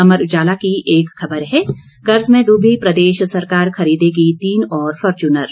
अमर उजाला की एक खबर है कर्ज में डूबी प्रदेश सरकार खरीदेगी तीन और फॉर्च्यूनर